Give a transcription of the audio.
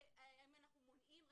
האם אנחנו מונעים רצידיביזם,